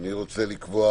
אני רוצה לקבוע